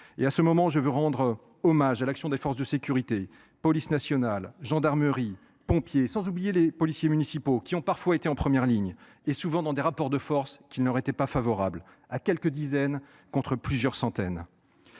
intervention, je tiens à rendre hommage à l’action des forces de sécurité : police nationale, gendarmerie, pompiers, sans oublier les policiers municipaux, qui ont parfois été en première ligne, souvent dans des rapports de force qui leur étaient défavorables, à quelques dizaines contre plusieurs centaines…